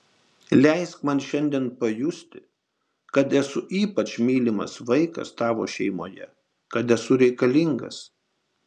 leisk man šiandien pajusti kad esu ypač mylimas vaikas tavo šeimoje kad esu reikalingas